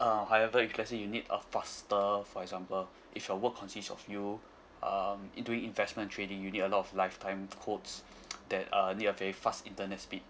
uh however if let say you need a faster for example if your work consists of you um in doing investment and trading you need a lot of live time quotes that uh need a very fast internet speed